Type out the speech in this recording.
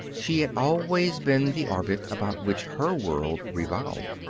she had always been the orbit about which her world revolved.